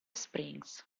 springs